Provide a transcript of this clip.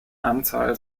anzahl